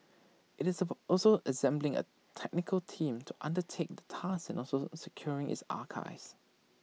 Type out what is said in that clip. IT is about also assembling A technical team to undertake the task and also securing its archives